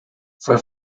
fue